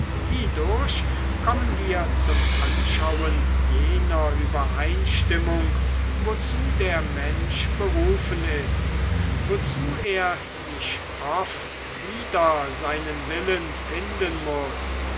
kommen wir zum anschauen jener übereinstimmung wozu der mensch berufen ist wozu er sich oft wider seinen willen finden muß